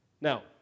Now